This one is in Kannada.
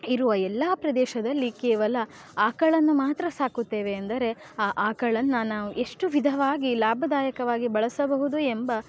ಇರುವ ಎಲ್ಲ ಪ್ರದೇಶದಲ್ಲಿ ಕೇವಲ ಆಕಳನ್ನು ಮಾತ್ರ ಸಾಕುತ್ತೇವೆ ಎಂದರೆ ಆ ಆಕಳನ್ನು ನಾವು ಎಷ್ಟು ವಿಧವಾಗಿ ಲಾಭದಾಯಕವಾಗಿ ಬಳಸಬಹುದು ಎಂಬ